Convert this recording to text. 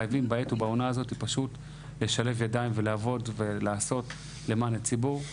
חייבים בעת ובעונה הזאת פשוט לשלב ידיים ולעבוד ולעשות למען הציבור.